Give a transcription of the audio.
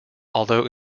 although